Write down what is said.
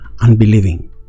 unbelieving